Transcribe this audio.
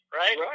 right